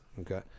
Okay